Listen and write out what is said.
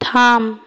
থাম